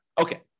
Okay